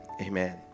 amen